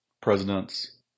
presidents